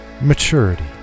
maturity